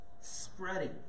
spreading